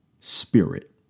spirit